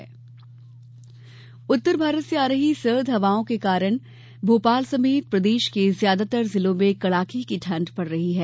मौसम उत्तर भारत से आ रही सर्द हवाओं के कारण भोपाल समेत प्रदेश के ज्यादातर जिलों में कड़ाके की ठंड पड़ रही है